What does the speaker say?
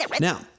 Now